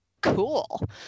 cool